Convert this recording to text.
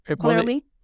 clearly